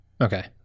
Okay